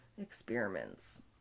experiments